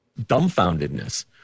dumbfoundedness